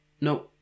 No